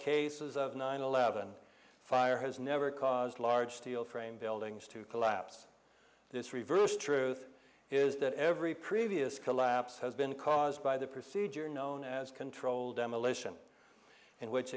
cases of nine eleven fire has never caused large steel framed buildings to collapse this reverse truth is that every previous collapse has been caused by the procedure known as controlled demolition in which